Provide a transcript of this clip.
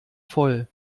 voll